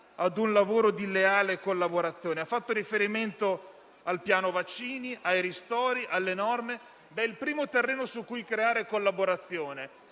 ad un lavoro di leale collaborazione. Ha fatto riferimento al piano vaccini, ai ristori e alle norme. Ministro, il primo terreno su cui creare collaborazione